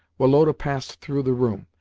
woloda passed through the room,